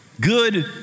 good